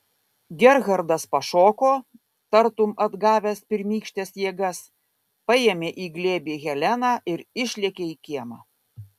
gerhardas pašoko tartum atgavęs pirmykštes jėgas paėmė į glėbį heleną ir išlėkė į kiemą